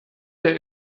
der